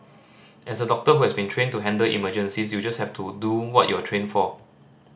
as a doctor who has been trained to handle emergencies you just have to do what you are trained for